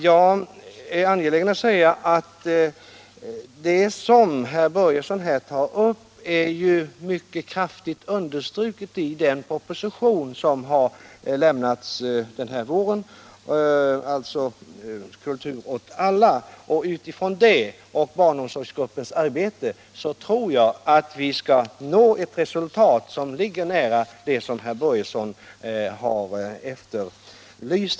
Jag är angelägen att säga att det som herr Börjesson här tar upp är mycket kraftigt understruket i den proposition som har lämnats den här våren och som grundar sig på betänkandet Kultur åt alla. Utifrån den propositionen och barnomsorgsgruppens arbete tror jag att vi skall nå ett resultat som ligger nära det som herr Börjesson här har efterlyst.